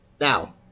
Now